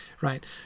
right